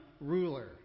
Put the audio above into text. ruler